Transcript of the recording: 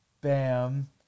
bam